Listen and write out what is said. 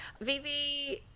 Vivi